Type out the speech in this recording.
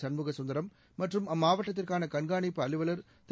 சண்முகசுந்தரம் மற்றும் அம்மாவட்டத்திற்கான கண்காணிப்பு அலுவல் திரு